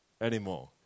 anymore